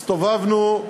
הסתובבנו,